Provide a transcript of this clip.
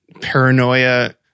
paranoia